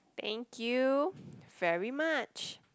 thank you very much